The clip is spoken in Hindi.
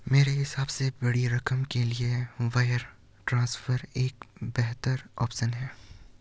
मेरे हिसाब से बड़ी रकम के लिए वायर ट्रांसफर एक बेहतर ऑप्शन है